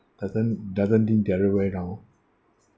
but then doesn't mean the other way round